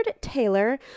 Taylor